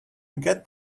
get